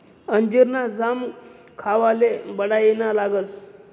अंजीर ना जाम खावाले बढाईना लागस